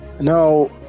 Now